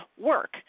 work